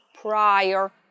prior